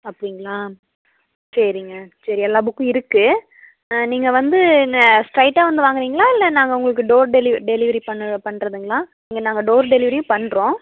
அப்படிங்களா சரிங்க சரி எல்லா புக்கும் இருக்குது ஆ நீங்கள் வந்து இங்கே ஸ்ட்ரைட்டாக வந்து வாங்குகிறீங்களா இல்லை நாங்கள் உங்களுக்கு டோர் டெலிவரி டெலிவரி பண்ண பண்ணுறதுங்களா இங்கே நாங்கள் டோர் டெலிவரியும் பண்ணுறோம்